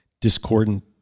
discordant